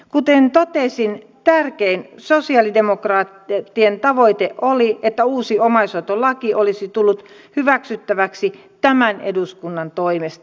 kuten totesin tärkein sosialidemokraattien tavoite oli että uusi omaishoitolaki olisi tullut hyväksyttäväksi tämän eduskunnan toimesta